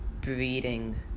breeding